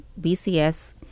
BCS